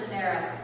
Sarah